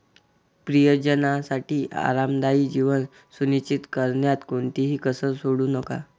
प्रियजनांसाठी आरामदायी जीवन सुनिश्चित करण्यात कोणतीही कसर सोडू नका